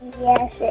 Yes